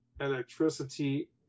electricity